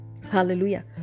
hallelujah